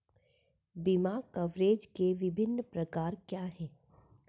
बीमा कवरेज के विभिन्न प्रकार क्या हैं?